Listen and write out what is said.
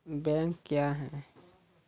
Bank क्या हैं?